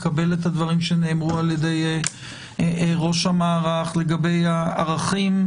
לקבל את הדברים שנאמרו על-ידי ראש המערך לגבי הערכים.